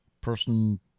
person